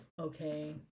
Okay